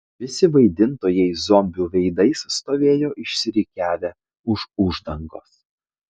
visi vaidintojai zombių veidais stovėjo išsirikiavę už uždangos